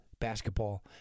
basketball